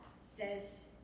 says